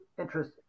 interest